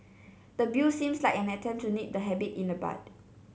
the Bill seems like an attempt to nip the habit in the bud